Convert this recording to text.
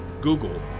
Google